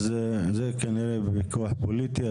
זה כנראה ויכוח פוליטי,